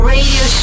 Radio